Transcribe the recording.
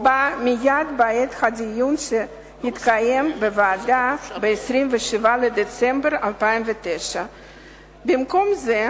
בה מייד בעת הדיון שהתקיים בוועדה ב-27 בדצמבר 2009. במקום זאת